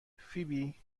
فیبی